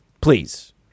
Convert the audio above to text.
please